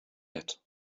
yet